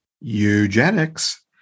eugenics